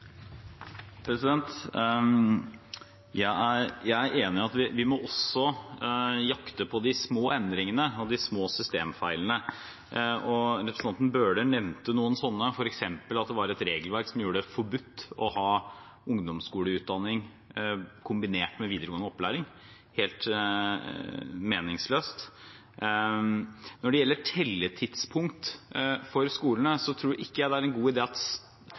Jeg er enig i at vi også må jakte på de små endringene og de små systemfeilene. Representanten Bøhler nevnte noen slike, f.eks. at det var et regelverk som gjorde det forbudt å ha ungdomsskoleutdanning kombinert med videregående opplæring – helt meningsløst. Når det gjelder telletidspunkt for skolene, er det her to nivåer: Det ene er